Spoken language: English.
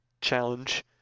challenge